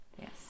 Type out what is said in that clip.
Yes